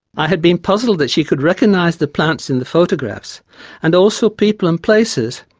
i had been puzzled that she could recognise the plants in the photographs and also people and places,